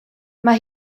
mae